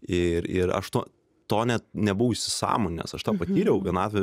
ir ir aš to to net nebuvau sąmonės aš tą patyriau vienatvę